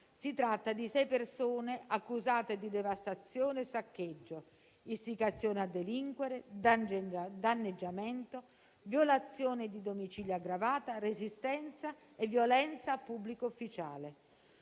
si tratta di sei persone accusate di devastazione e saccheggio, istigazione a delinquere, danneggiamento, violazione di domicilio aggravata, resistenza e violenza a pubblico ufficiale.